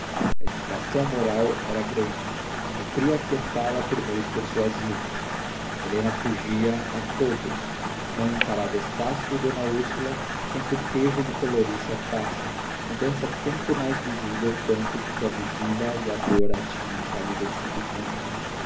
a excitação moral era grande cumpria aquietá la por meios persuasivos helena fugia a todos não encarava estácio e d úrsula sem que o pejo lhe colorisse a face mudança tanto mais visível quanto que a vigília e a dor a tinham empalidecido muito